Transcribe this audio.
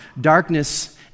darkness